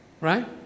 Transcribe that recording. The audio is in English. Right